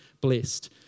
blessed